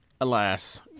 alas